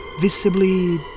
visibly